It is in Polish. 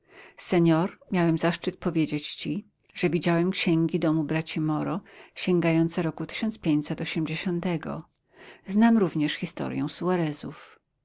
senor miałem zaszczyt powiedzieć ci że widziałem księgi domu braci moro sięgające roku znam również historię